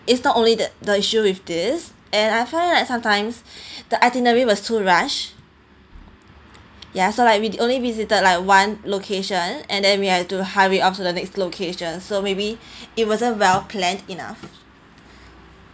it's not only the the issue with this and I find like sometimes the itinerary was too rush ya so like we only visited like one location and then we have to hurry up to the next location so maybe it wasn't well planned enough